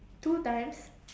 two times